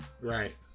Right